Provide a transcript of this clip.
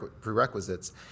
prerequisites